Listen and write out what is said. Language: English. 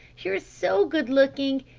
you're so good-looking!